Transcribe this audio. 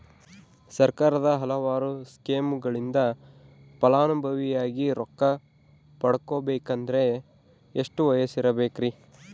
ಸರ್ಕಾರದ ಹಲವಾರು ಸ್ಕೇಮುಗಳಿಂದ ಫಲಾನುಭವಿಯಾಗಿ ರೊಕ್ಕ ಪಡಕೊಬೇಕಂದರೆ ಎಷ್ಟು ವಯಸ್ಸಿರಬೇಕ್ರಿ?